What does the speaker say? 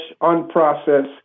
unprocessed